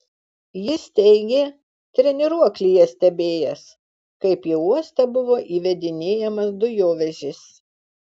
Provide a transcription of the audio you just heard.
jis teigė treniruoklyje stebėjęs kaip į uostą buvo įvedinėjamas dujovežis